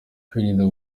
kwirinda